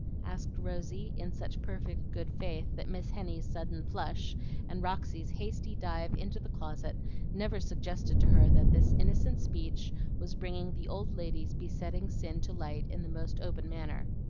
asked rosy, in such perfect good faith that miss henny's sudden flush and roxy's hasty dive into the closet never suggested to her that this innocent speech was bringing the old lady's besetting sin to light in the most open manner.